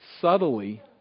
subtly